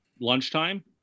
lunchtime